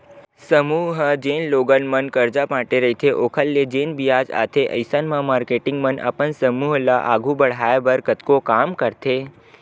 समूह ह जेन लोगन मन करजा बांटे रहिथे ओखर ले जेन बियाज आथे अइसन म मारकेटिंग मन अपन समूह ल आघू बड़हाय बर कतको काम करथे